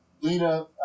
Lena